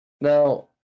now